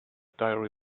dairy